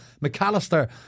McAllister